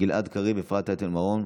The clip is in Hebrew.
גלעד קריב ואפרת רייטן מרום.